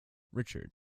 richard